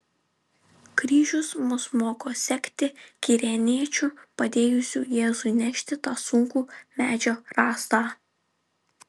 kryžius mus moko sekti kirėniečiu padėjusiu jėzui nešti tą sunkų medžio rąstą